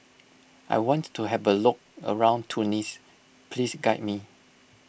I want to have a look around Tunis please guide me